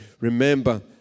Remember